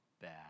bad